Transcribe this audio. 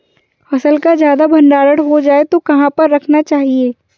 फसल का ज्यादा भंडारण हो जाए तो कहाँ पर रखना चाहिए?